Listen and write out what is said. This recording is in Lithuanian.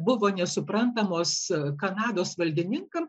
buvo nesuprantamos kanados valdininkam